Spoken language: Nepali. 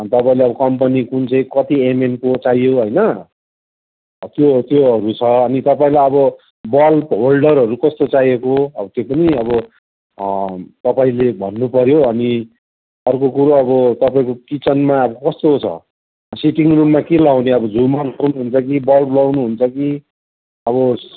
अनि तपाईँले अब कम्पनी कुन चाहिँ कति एमएमको चाहियो होइन त्यो त्योहरू छ अनि तपाईँलाई अब बल्प होल्डरहरू कस्तो चाहिएको अब त्यो पनि अब तपाईँले भन्नुपऱ्यो अनि अर्को कुरो अब तपाईँको किचनमा अब कस्तो छ सिटिङ रुममा के लगाउने अब झुमर फुल हुन्छ कि बल्ब लगाउनु हुन्छ कि अब